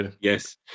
Yes